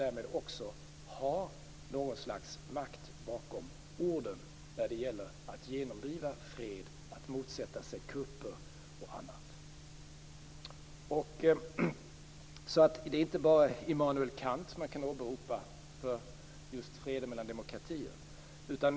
Därmed har man också någon slags makt bakom orden när det gäller att genomdriva fred och att motsätta sig kupper och annat. Det är alltså inte bara Immanuel Kant man kan åberopa när det gäller fred mellan demokratier.